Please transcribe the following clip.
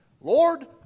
Lord